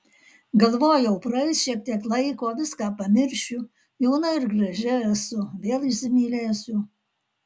galvojau praeis šiek tiek laiko viską pamiršiu jauna ir graži esu vėl įsimylėsiu